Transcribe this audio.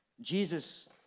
Jesus